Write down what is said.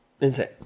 Insane